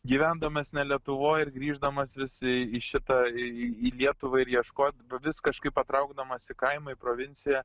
gyvendamas ne lietuvoj ir grįždamas visai į šitą į į lietuvą ir ieškot vis kažkaip patraukdamas į kaimą į provinciją